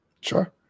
Sure